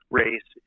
race